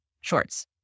shorts